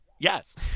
Yes